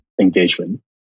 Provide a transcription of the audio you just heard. engagement